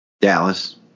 Dallas